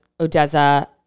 Odessa